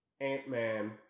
Ant-Man